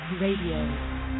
RADIO